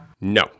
No